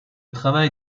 travail